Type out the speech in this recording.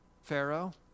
Pharaoh